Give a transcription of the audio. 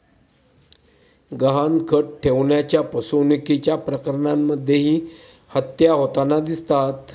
गहाणखत ठेवण्याच्या फसवणुकीच्या प्रकरणांमध्येही हत्या होताना दिसतात